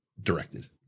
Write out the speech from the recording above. directed